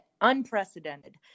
unprecedented